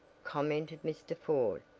commented mr. ford.